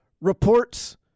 reports